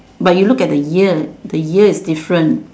but you look at the ear the ear is different